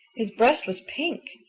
his breast was pink.